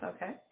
Okay